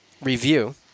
review